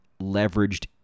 leveraged